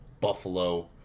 Buffalo